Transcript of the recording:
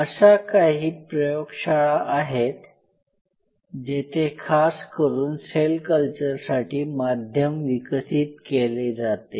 अशा काही प्रयोग शाळा आहेत जेथे खास करून सेल कल्चरसाठी माध्यम विकसित केले जाते